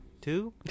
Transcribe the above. Two